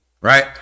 right